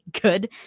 good